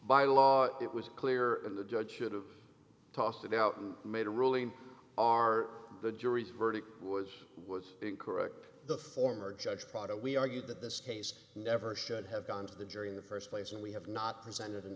by law it was clear and the judge should have tossed it out and made a ruling are the jury's verdict was what's incorrect the former judge prado we argued that this case never should have gone to the jury in the first place and we have not presented